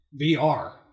VR